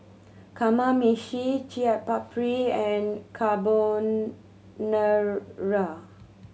Kamameshi Chaat Papri and Carbonara